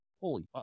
Holy